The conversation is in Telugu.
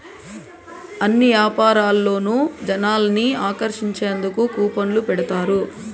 అన్ని యాపారాల్లోనూ జనాల్ని ఆకర్షించేందుకు కూపన్లు పెడతారు